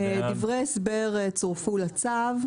דברי ההסבר צורפו לצו,